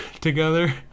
together